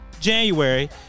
January